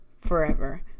forever